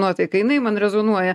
nuotaika jinai man rezonuoja